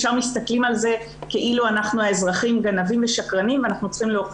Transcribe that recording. מיד מסתכלים על זה כאילו אנחנו האזרחים שקרנים וגנבים,